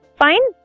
fine